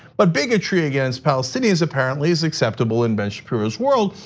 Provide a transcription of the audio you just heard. but bigotry against palestinans apparently is acceptable in ben shapiro's world,